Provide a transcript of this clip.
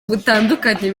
butandukanye